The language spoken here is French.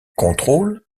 contrôle